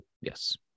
Yes